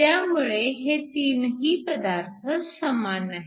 त्यामुळे हे तीनही पदार्थ समान आहेत